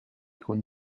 con